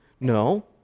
no